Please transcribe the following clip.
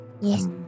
Yes